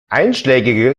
einschlägige